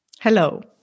Hello